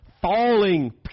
falling